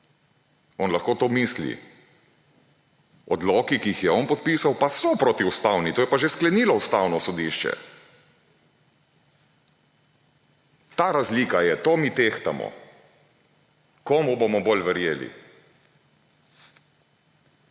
On lahko to misli, odloki, ki jih je on podpisal, pa so protiustavni, to je pa že sklenilo Ustavno sodišče. Ta razlika je, to mi tehtamo, komu bomo bolj verjeli.